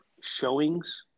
showings